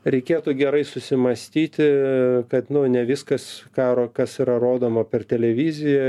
reikėtų gerai susimąstyti kad ne viskas karo kas yra rodoma per televiziją